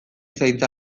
zaintza